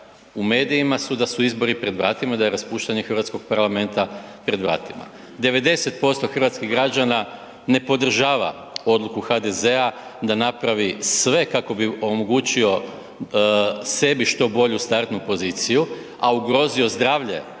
u medijima su da su izbori pred vratima, da je raspuštanje hrvatskog parlamenta pred vratima. 90% hrvatskih građana ne podržava odluku HDZ-a da napravi sve kako bi omogućio sebi što bolju startnu poziciju, a ugrozio zdravlje